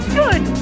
good